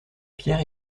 pierre